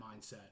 mindset